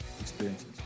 experiences